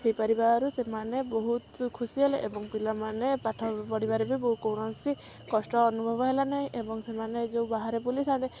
ହେଇପାରିବାରୁ ସେମାନେ ବହୁତ ଖୁସି ହେଲେ ଏବଂ ପିଲାମାନେ ପାଠ ପଢ଼ିବାରେ ବି କୌଣସି କଷ୍ଟ ଅନୁଭବ ହେଲାନାହିଁ ଏବଂ ସେମାନେ ଯେଉଁ ବାହାରେ ବୁଲିଥାନ୍ତି